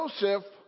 Joseph